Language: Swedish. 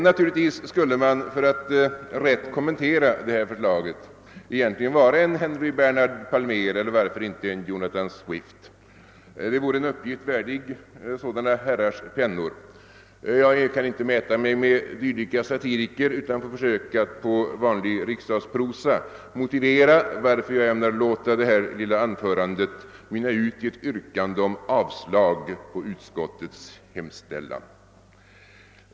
Naturligtvis skulle man för att rätt kommentera detta förslag egentligen vara en Henric Bernhard Palmer eller varför inte en Jonathan Swift. Det vore en uppgift värdig sådana herrars pennor. Jag kan inte mäta mig med dessa satiriker utan får försöka att på vanlig riksdagsprosa motivera varför jag ämnar låta det här lilia anförandet mynna ut i ett yrkande om avslag på utskottets hemställan.